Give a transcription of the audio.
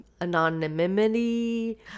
anonymity